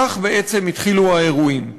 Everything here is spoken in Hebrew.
כך בעצם התחילו האירועים.